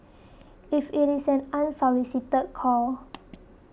if it is an unsolicited call